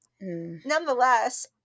nonetheless